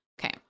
Okay